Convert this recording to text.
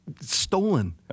stolen